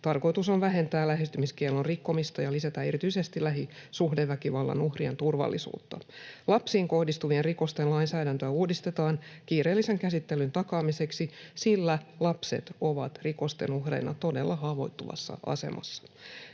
Tarkoitus on vähentää lähestymiskiellon rikkomista ja lisätä erityisesti lähisuhdeväkivallan uhrien turvallisuutta. Lapsiin kohdistuvien rikosten lainsäädäntöä uudistetaan kiireellisen käsittelyn takaamiseksi, sillä lapset ovat rikosten uhreina todella haavoittuvassa asemassa.